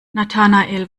nathanael